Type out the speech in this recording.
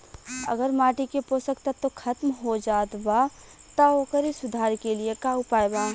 अगर माटी के पोषक तत्व खत्म हो जात बा त ओकरे सुधार के लिए का उपाय बा?